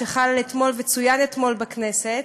שחל אתמול וצוין אתמול בכנסת.